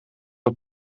het